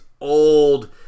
old